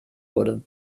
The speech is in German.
wurde